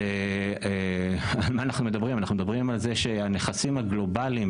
אנחנו מדברים על זה שהנכסים הגלובליים,